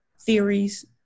theories